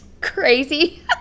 Crazy